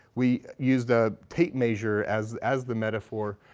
we used a tape measure as as the metaphor,